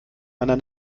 meiner